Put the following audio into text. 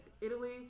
Italy